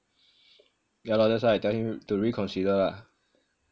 yah lor that's why I tell him to reconsider lah